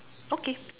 okay